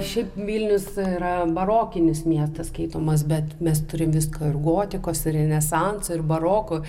šiaip vilnius yra barokinis miestas skaitomas bet mes turim visko ir gotikos ir renesanso ir baroko